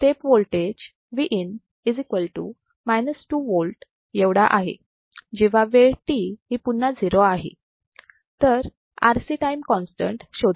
step voltage Vin 2 volts आहे जेव्हा वेळ t ही पुन्हा 0 आहे तर RC टाईम कॉन्स्टंट शोधा